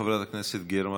חברת הכנסת גרמן,